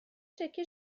تکه